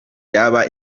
yaba